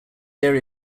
area